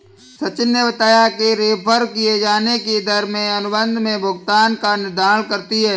सचिन ने बताया कि रेफेर किये जाने की दर में अनुबंध में भुगतान का निर्धारण करती है